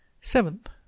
seventh